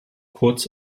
kurz